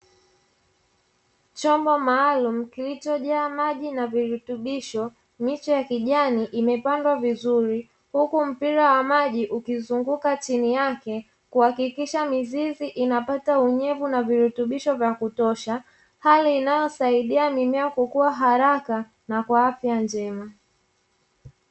Chombo maalumu kilichojaa maji na virutubisho miche ya kijani imepandwa vizuri, huku mpira wa maji ukizunguka chini yake kuhakikisha mizizi inapata unyevu na virutubisho vya kutosha, hali inayosaidia mimea kukua haraka na kwa afya njema.